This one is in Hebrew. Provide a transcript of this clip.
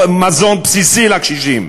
מזון בסיסי לקשישים.